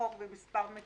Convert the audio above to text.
בחוק במספר מקומות.